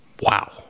Wow